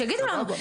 שהם יגידו לנו.